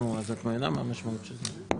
נו, אז את מבינה מה המשמעות של זה.